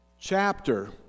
chapter